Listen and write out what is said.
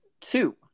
two